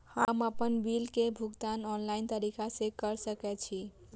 हम आपन बिल के भुगतान ऑनलाइन तरीका से कर सके छी?